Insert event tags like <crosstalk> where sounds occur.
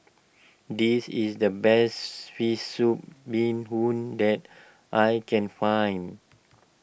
this is the best <noise> Fish Soup Bee Hoon that I can find